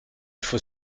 faut